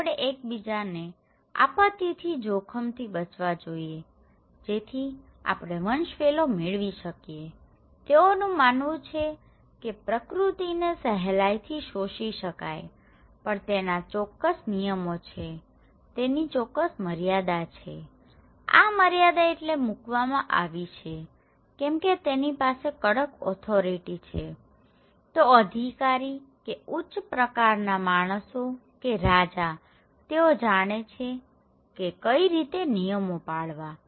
તો અપણે એકબીજાને આપત્તિથી જોખમથી બચાવવા જોઈએ જેથી આપણે વન્શવેલો મેળવી શકીએતેઓનું માનવું છે કે પ્રકૃતિને સહેલાઈથી શોષી શકાય પણ તેના ચોક્કસ નિયમો છેતેની ચોક્કસ મર્યાદા છેઆ મર્યાદા એટલે મૂકવામાં આવી છે કેમકે તેની પાસે કડક ઓથોરિટી છેતો અધિકારી કે ઉચ્ચ પ્રકારના માણસો કે રાજા તેઓ જાણે છે કે કઈ રીતે નિયમો પાડવા